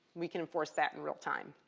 we can enforce that in real time.